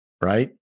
right